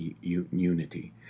unity